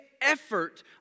effort